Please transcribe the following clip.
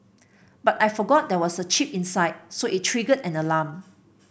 but I forgot there was a chip inside so it triggered an alarm